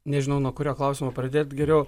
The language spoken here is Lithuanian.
nežinau nuo kurio klausimo pradėt geriau